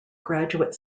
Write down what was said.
graduate